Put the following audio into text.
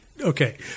Okay